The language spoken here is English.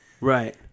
Right